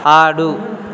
ఆడు